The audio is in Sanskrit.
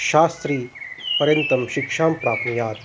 शास्त्रीपर्यन्तं शिक्षां प्राप्नुयात्